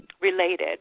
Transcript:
Related